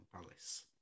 Palace